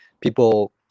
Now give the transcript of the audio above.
people